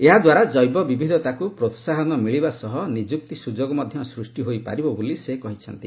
ଏହାଦ୍ୱାରା ଜୈବ ବିବିଧତାକୁ ପ୍ରୋହାହନ ମିଳିବା ସହ ନିଯୁକ୍ତି ସୁଯୋଗ ମଧ୍ୟ ସୃଷ୍ଟି ହୋଇ ପାରିବ ବୋଲି ସେ କହିଛନ୍ତି